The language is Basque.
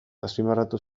azpimarratu